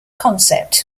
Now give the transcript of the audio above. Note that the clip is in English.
concept